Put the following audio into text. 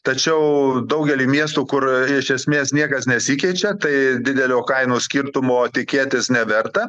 tačiau daugely miestų kur iš esmės niekas nesikeičia tai didelio kainų skirtumo tikėtis neverta